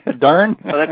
darn